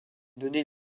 données